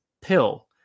pill